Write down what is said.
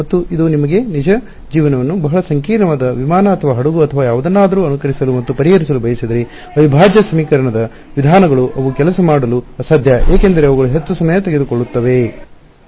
ಮತ್ತು ಇದು ನಿಮಗೆ ನಿಜ ಜೀವನವನ್ನು ಬಹಳ ಸಂಕೀರ್ಣವಾದ ವಿಮಾನ ಅಥವಾ ಹಡಗು ಅಥವಾ ಯಾವುದನ್ನಾದರೂ ಅನುಕರಿಸಲು ಮತ್ತು ಪರಿಹರಿಸಲು ಬಯಸಿದರೆ ಅವಿಭಾಜ್ಯ ಸಮೀಕರಣದ ವಿಧಾನಗಳು ಅವು ಕೆಲಸ ಮಾಡಲು ಅಸಾಧ್ಯ ಏಕೆಂದರೆ ಅವುಗಳು ಹೆಚ್ಚು ಸಮಯ ತೆಗೆದುಕೊಳ್ಳುತ್ತವೆ O ಮತ್ತು O